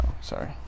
Sorry